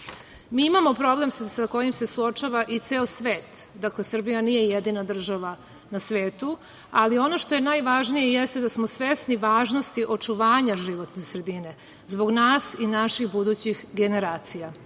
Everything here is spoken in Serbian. imamo problem sa kojim se suočava i ceo svet, dakle Srbija nije jedina država na svetu, ali ono što je najvažnije jeste da smo svesni važnosti očuvanja životne sredine zbog nas i naših budućih generacija. Svakako